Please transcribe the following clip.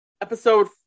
Episode